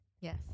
Yes